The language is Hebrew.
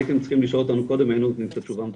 הייתם צריכים לשאול אותנו קודם והיינו נותנים תשובה מדויקת.